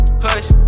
hush